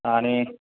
आणि